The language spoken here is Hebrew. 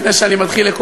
לפני שאני מתחיל,